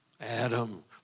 Adam